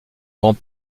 grand